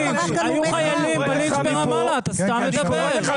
אתה סתם מדבר.